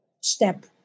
step